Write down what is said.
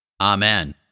Amen